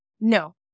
No